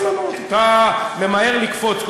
חכה בסבלנות, אתה ממהר לקפוץ.